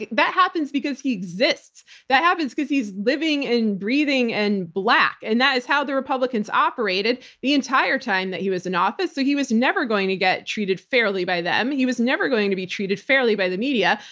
that happens because he exists. that happens because he's living and breathing and black. and that is how the republicans operated the entire time that he was in office, so he was never going to get treated fairly by them. he was never going to be treated fairly by the media.